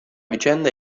vicenda